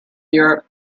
europe